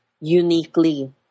uniquely